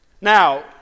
Now